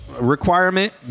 requirement